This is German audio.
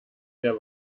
der